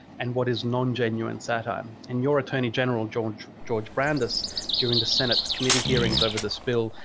and what is non genuine satire and your attorney general george george brandis during the senate committee hearings over the spill.